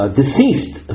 deceased